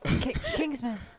Kingsman